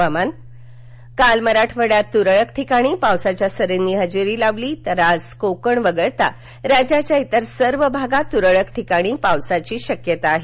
हवामान काल मराठवाड्यात तुरळक ठिकाणी पावसाच्या सरींनी इजेरी लावली आज कोकण वगळता राज्याच्या इतर सर्व भागात तुरळक ठिकाणी पावसाची शक्यता आहे